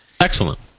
Excellent